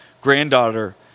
granddaughter